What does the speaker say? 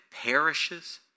perishes